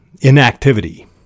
inactivity